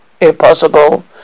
Impossible